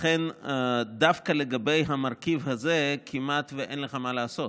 לכן דווקא לגבי המרכיב הזה אין לך כמעט מה לעשות,